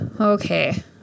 Okay